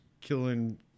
killing